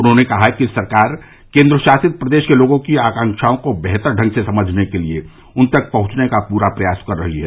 उन्होंने कहा कि सरकार केन्द्रशासित प्रदेश के लोगों की आकाक्षाओं को बेहतर ढंग से समझने के लिए उन तक पहंचने का प्रा प्रयास कर रही है